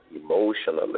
emotionally